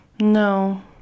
No